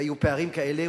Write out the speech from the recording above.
והיו פערים כאלה,